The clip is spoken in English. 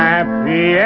Happy